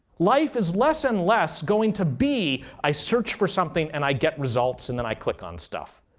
life is less and less going to be i search for something and i get results and then i click on stuff.